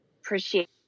appreciate